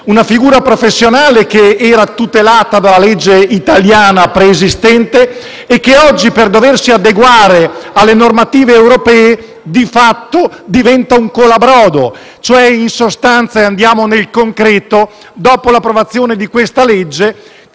una figura professionale che era tutelata dalla legge italiana preesistente e che oggi, dovendoci adeguare alle normative europee, di fatto diventa un colabrodo. In sostanza, andando nel concreto, dopo l'approvazione di questo disegno